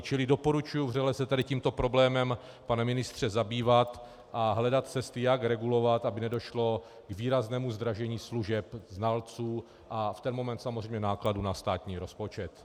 Čili doporučuji vřele se tady tímto problémem, pane ministře, zabývat a hledat cesty, jak regulovat, aby nedošlo k výraznému zdražení služeb znalců a v ten moment samozřejmě nákladů na státní rozpočet.